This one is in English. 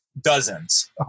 dozens